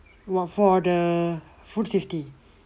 what for the food safety